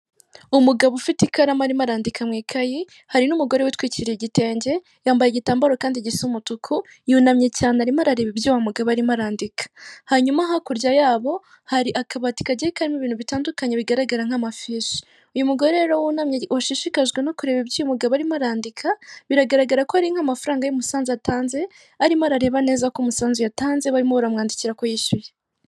Umugabo ufite ikaramu arimo arandika mu ikayi, hari n'umugore witwikiriye igitenge yambaye igitambaro kandi gisa umutuku. Yunamye cyane arimo arareba ibyo wa mugabo arimo arandika, hanyuma hakurya yabo hari akabati kagiye karimo ibintu bitandukanye bigaraga nk'amafishi. Uyu mugore rero wunamye washishikajwe no kureba ibyo uwo mugabo arimo arandika biragaragara ko ari nk'amafaranga y'umusanzu atanze, arimo arareba neza ko umusanzu yatanze barimo bamwankira ko yishyuye.